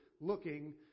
looking